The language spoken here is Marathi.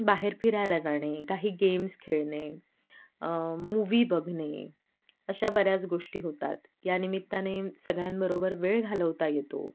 बाहेर फिरायला जाणे काही गेम्स खेळणे मूवी बघणे अश्या बऱ्याच गोष्टी होतात यानिमित्ताने सगळ्यांबरोबर वेळ घालवता येतो